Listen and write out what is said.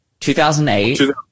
2008